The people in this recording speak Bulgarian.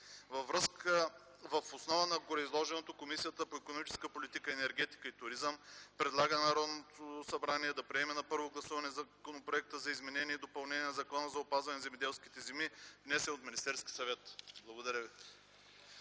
Въз основа на гореизложеното Комисията по икономическата политика, енергетика и туризъм предлага на Народното събрание да приеме на първо гласуване Законопроекта за изменение и допълнение на Закона за опазване на земеделските земи, внесен от Министерския съвет.” Благодаря.